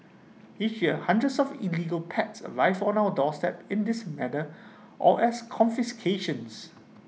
each year hundreds of illegal pets arrive on our doorstep in this manner or as confiscations